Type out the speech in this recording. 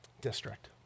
district